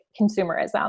consumerism